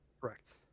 Correct